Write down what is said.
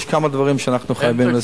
יש כמה דברים שאנחנו חייבים לעשות בבתי-ספר.